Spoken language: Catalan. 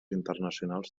internacionals